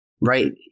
Right